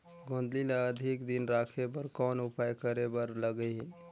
गोंदली ल अधिक दिन राखे बर कौन उपाय करे बर लगही?